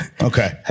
Okay